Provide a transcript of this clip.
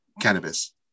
cannabis